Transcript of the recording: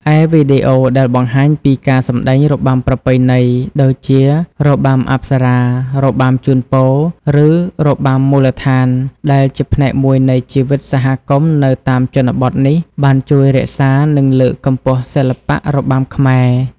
ឯវីដេអូដែលបង្ហាញពី ការសម្តែងរបាំប្រពៃណី ដូចជារបាំអប្សរា របាំជូនពរ ឬ របាំមូលដ្ឋាន ដែលជាផ្នែកមួយនៃជីវិតសហគមន៍នៅតាមជនបទនេះ បានជួយរក្សា និងលើកកម្ពស់សិល្បៈរបាំខ្មែរ។